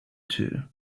too